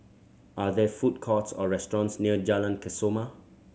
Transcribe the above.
are there food courts or restaurants near Jalan Kesoma